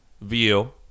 view